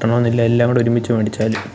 ട്ടണമെന്നില്ല എല്ലാങ്കൂടൊരുമിച്ച് മേടിച്ചാലും